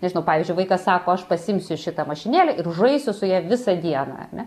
nežinau pavyzdžiui vaikas sako aš pasiimsiu šitą mašinėlę ir žaisiu su ja visą dieną ar ne